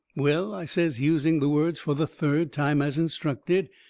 well, i says, using the words fur the third time, as instructed,